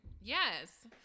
Yes